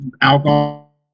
alcohol